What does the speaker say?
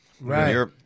Right